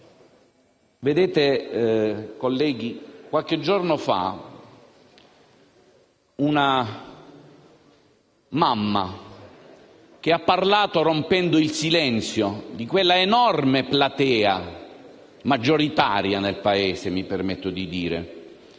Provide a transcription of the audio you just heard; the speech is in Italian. Vedete colleghi, qualche giorno fa una mamma, che ha parlato rompendo il silenzio di quella enorme platea, maggioritaria nel Paese mi permetto di dire,